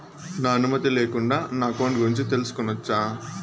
నా అనుమతి లేకుండా నా అకౌంట్ గురించి తెలుసుకొనొచ్చా?